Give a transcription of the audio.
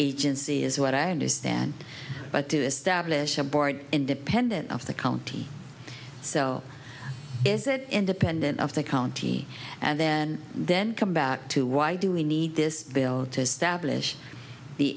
agency is what i understand but do establish a board independent of the county so is it independent of the county and then then come back to why do we need this bill to establish the